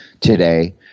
today